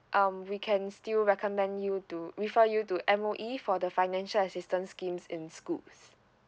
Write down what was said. um we can still recommend you to refer you to M_O_E for the financial assistance schemes in schools